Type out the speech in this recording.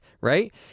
right